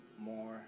more